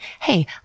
Hey